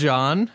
John